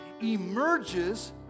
emerges